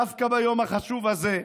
דווקא ביום החשוב הזה,